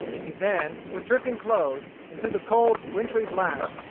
he then, with dripping clothes, and through the cold wintry blast,